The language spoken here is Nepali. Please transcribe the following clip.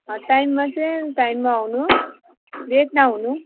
टाइममा चाहिँ टाइममा आउनु लेट नहुनु